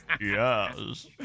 Yes